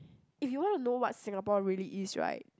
if you wanna know what Singapore really is right